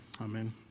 Amen